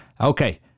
Okay